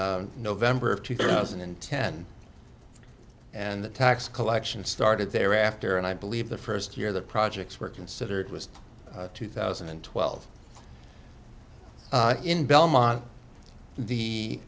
in november of two thousand and ten and the tax collection started thereafter and i believe the first year that projects were considered was two thousand and twelve in belmont the